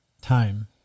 time